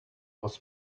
was